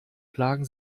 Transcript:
plagen